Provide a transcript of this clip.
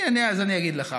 הינה, אז אני אגיד לך.